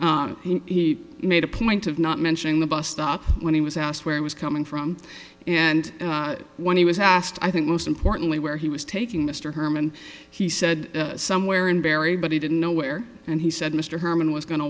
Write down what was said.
suspicions he made a point of not mentioning the bus stop when he was asked where he was coming from and when he was asked i think most importantly where he was taking mr herman he said somewhere in berry but he didn't know where and he said mr herman was going to